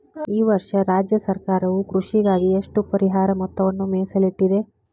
ಈ ವರ್ಷ ರಾಜ್ಯ ಸರ್ಕಾರವು ಕೃಷಿಗಾಗಿ ಎಷ್ಟು ಪರಿಹಾರ ಮೊತ್ತವನ್ನು ಮೇಸಲಿಟ್ಟಿದೆ?